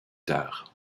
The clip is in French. tard